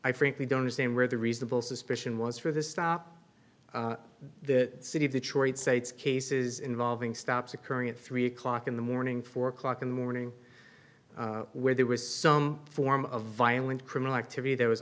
i frankly don't understand where the reasonable suspicion was for the stop the city of detroit state's cases involving stops occurring at three o'clock in the morning four o'clock in the morning where there was some form of violent criminal activity that was